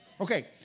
Okay